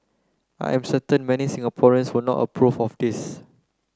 I am certain many Singaporeans will not approve of this